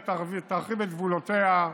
ותרחיב את גבולותיה,